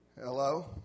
Hello